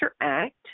interact